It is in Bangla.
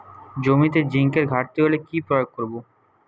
জমিতে জিঙ্কের ঘাটতি হলে কি প্রয়োগ করব?